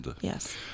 Yes